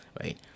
right